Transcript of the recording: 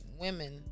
women